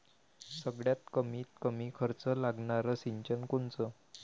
सगळ्यात कमीत कमी खर्च लागनारं सिंचन कोनचं?